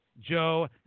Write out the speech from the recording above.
Joe